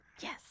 Yes